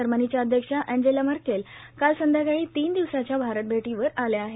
जर्मनीच्या अध्यक्षा Angela Merkel काल संध्याकाळी तीन दिवसाच्या भारत भेटीवर आल्या आहेत